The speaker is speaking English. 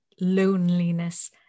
loneliness